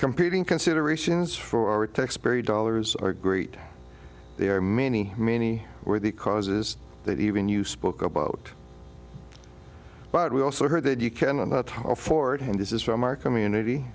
competing considerations for our tax perry dollars are great there are many many worthy causes that even you spoke about but we also heard that you cannot afford and this is from our community